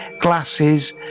glasses